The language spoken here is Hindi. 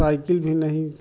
साइकिल भी नहीं